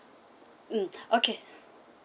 mm okay